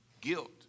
Guilt